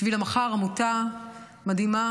בשביל המחר, עמותה מדהימה